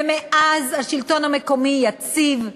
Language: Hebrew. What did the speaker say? ומאז השלטון המקומי יציב,